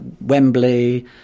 Wembley